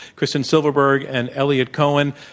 kristen silverberg and eliot cohen.